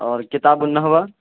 اور کتاب النحو